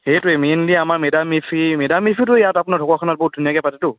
সেইটোৱে মেইনলি আমাৰ মে ডাম মে ফি মে ডাম মে ফিটো আপোনাৰ ঢকুৱাখানাত বহুত ধুনীয়াকৈ পাতেতো